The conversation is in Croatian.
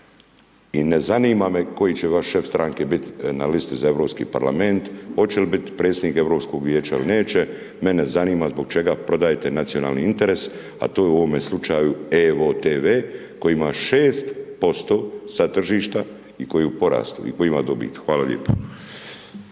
I ne zanima me koji će vaš šef stranke biti na listi za europski parlament, oće li bit europskog vijeća ili neće, mene zanima zašto prodajete nacionalni interes, a to je u ovom slučaju Evo TV, koji ima 6% sad tržišta i koji je u porastu i koji